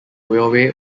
railway